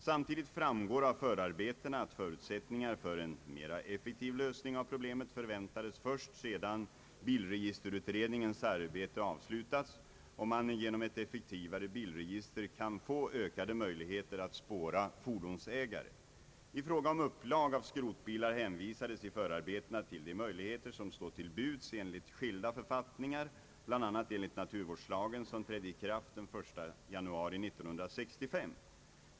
Samtidigt framgår av förarbetena, att förutsättningar för en mer effektiv lösning av problemet förväntades först sedan = bilregisterutredningens arbete avslutats och man genom ett effektivare bilregister kan få ökade möjligheter att spåra fordonsägare. I fråga om upplag av skrotbilar hänvisades i förarbetena till de möjligheter som står till buds enligt skilda författningar, bl.a. enligt naturvårdslagen som trädde i kraft den 1 januari 1965.